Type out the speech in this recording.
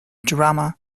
drama